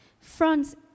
France